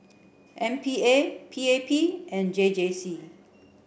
M P A P A P and J J C